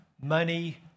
money